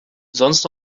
sonst